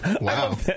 Wow